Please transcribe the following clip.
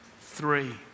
three